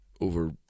over